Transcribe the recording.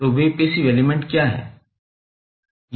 तो वे passive element क्या हैं